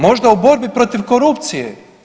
Možda u borbi protiv korupcije.